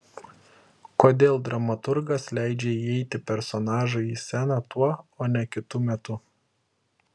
kodėl dramaturgas leidžia įeiti personažui į sceną tuo o ne kitu metu